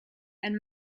and